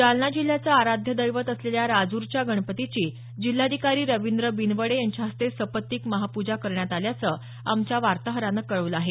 जालना जिल्ह्याचं आराध्य दैवत असलेल्या राजूरच्या गणपतीची जिल्हाधिकारी रवींद्र बिनवडे यांच्या हस्ते सपत्निक महापूजा करण्यात आल्याचं आमच्या वार्ताहरानं कळवलं आहे